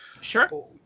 Sure